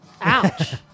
Ouch